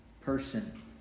person